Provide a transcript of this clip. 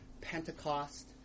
Pentecost